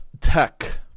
Tech